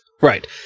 Right